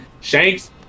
shanks